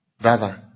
brother